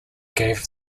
gave